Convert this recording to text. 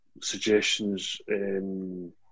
suggestions